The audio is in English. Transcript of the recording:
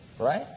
right